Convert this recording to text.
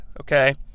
okay